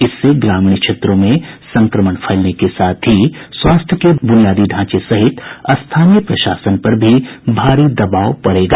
इससे ग्रामीण क्षेत्रों में संक्रमण फैलने के साथ ही स्वास्थ्य के बुनियादी ढांचे सहित स्थानीय प्रशासन पर भारी दबाव पड़ेगा